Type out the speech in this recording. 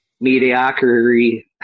mediocrity